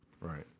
Right